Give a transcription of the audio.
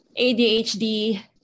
adhd